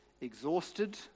exhausted